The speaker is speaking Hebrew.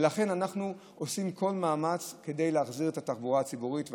ולכן אנחנו עושים כל מאמץ כדי להחזיר את התחבורה הציבורית,